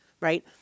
Right